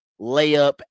layup